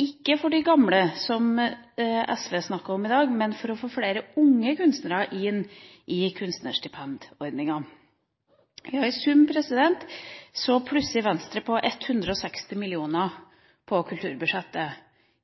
ikke for de gamle, som SV snakket om i dag, men for å få flere unge kunstnere inn i kunstnerstipendordningene. I sum plusser Venstre på 160 mill. kr til kultur